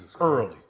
Early